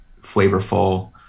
flavorful